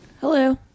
Hello